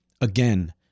again